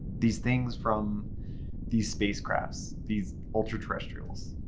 these things from these spacecrafts, these ultraterrestrials,